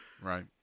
Right